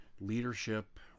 leadership